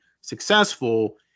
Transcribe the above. successful